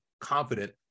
confident